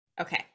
Okay